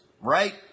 right